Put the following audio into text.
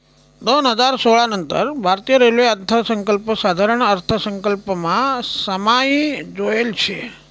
दोन हजार सोळा नंतर भारतीय रेल्वे अर्थसंकल्प साधारण अर्थसंकल्पमा समायी जायेल शे